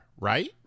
right